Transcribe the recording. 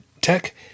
tech